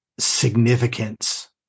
significance